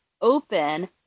open